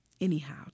anyhow